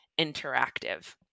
interactive